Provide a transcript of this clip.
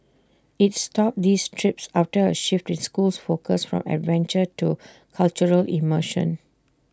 IT stopped these trips after A shift in school's focus from adventure to cultural immersion